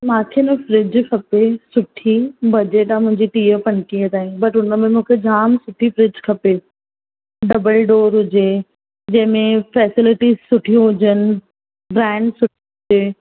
मूंखे न फ़्रिज खपे सुठी बजेट आहे मुंहिंजी टीह पंटीह ताईं बट हुन में मूंखे जाम सुठी फ़्रिज खपे डबल डोर हुजे जंहिं में फैसिलिटीस सुठियूं हुजन ब्रैंड सुठी हुजे